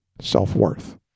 self-worth